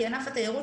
כי ענף התיירות,